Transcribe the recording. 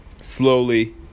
Slowly